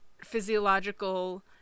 physiological